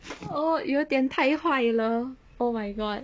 oh 有点太坏了 oh my god